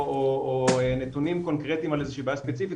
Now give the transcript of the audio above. או נתונים קונקרטיים על איזושהי בעיה ספציפית